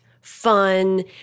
fun